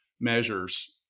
measures